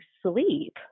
sleep